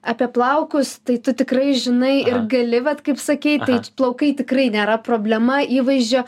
apie plaukus tai tu tikrai žinai ir gali vat kaip sakei tai plaukai tikrai nėra problema įvaizdžio